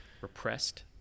Repressed